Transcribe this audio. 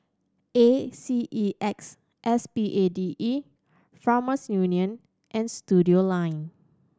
A C E X S P A D E Farmers Union and Studioline